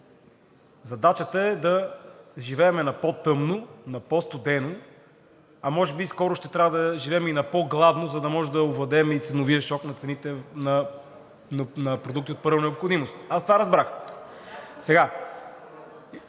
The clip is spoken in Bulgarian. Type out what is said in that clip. задачата е да живеем на по-тъмно, на по-студено, а може би скоро ще трябва да живеем и на по-гладно, за да може да овладеем и ценовия шок на цените на продуктите от първа необходимост. Аз това разбрах. Как